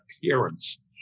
appearance